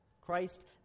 Christ